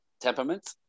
temperament